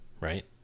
right